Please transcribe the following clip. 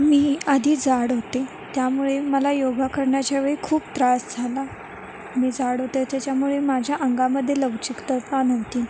मी आधी जाड होते त्यामुळे मला योगा करण्याच्या वेळी खूप त्रास झाला मी जाड होते त्याच्यामुळे माझ्या अंगामध्ये लवचिकता नव्हती